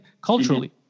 culturally